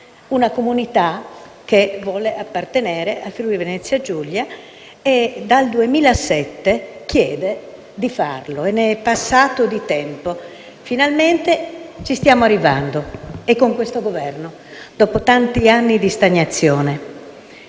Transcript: una comunità che vuole appartenere al Friuli-Venezia Giulia e dal 2007 chiede di farlo. Ne è passato di tempo. Finalmente ci stiamo arrivando e con questo Governo, dopo tanti anni di stagnazione.